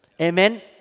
Amen